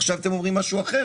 עכשיו אתם אומרים משהו אחר.